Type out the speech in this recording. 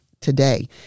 today